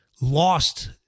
lost